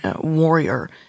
warrior